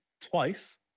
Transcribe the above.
twice